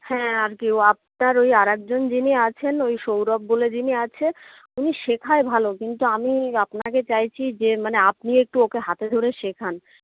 হ্যাঁ আর কি আপনার ওই আরেকজন যিনি আছেন ওই সৌরভ বলে যিনি আছে উনি শেখায় ভালো কিন্তু আমি আপনাকে চাইছি যে মানে আপনি একটু ওকে হাতে ধরে শেখান